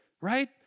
right